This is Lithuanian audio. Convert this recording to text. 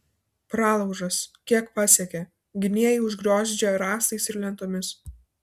pralaužas kiek pasiekia gynėjai užgriozdžia rąstais ir lentomis